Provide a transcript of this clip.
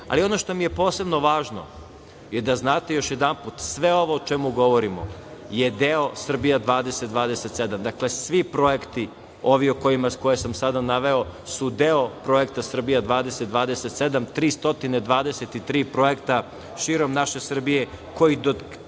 takođe. Ono što mi je posebno važno je da znate još jedanput – sve ovo o čemu govorimo je deo Srbija 2027. Dakle, svi projekti, ovi koje sam sada naveo su deo projekta Srbija 2027, 323 projekta širom naše Srbije koji do